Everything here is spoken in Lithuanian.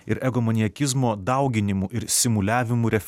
ir ego maniakizmo dauginimu ir simuliavimu refleksija